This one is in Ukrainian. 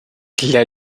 для